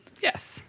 Yes